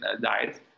diet